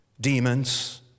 demons